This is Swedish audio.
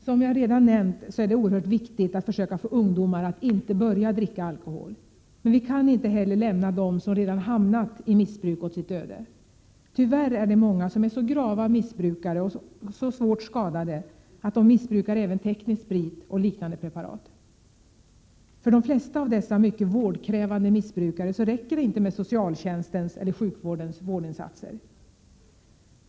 Som jag redan nämnt är det oerhört viktigt att försöka få ungdomar att inte börja dricka alkohol. Men vi kan inte heller lämna dem som redan hamnat i missbruk åt sitt öde. Tyvärr är det många som är så grava missbrukare och så svårt skadade att de missbrukar även teknisk sprit och liknande preparat. För de flesta av dessa mycket vårdkrävande missbrukare räcker det inte med socialtjänstens eller sjukvårdens vårdinsatser.